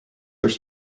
their